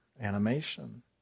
animation